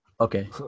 Okay